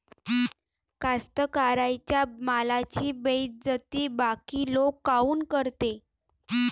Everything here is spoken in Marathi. कास्तकाराइच्या मालाची बेइज्जती बाकी लोक काऊन करते?